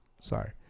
Sorry